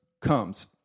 comes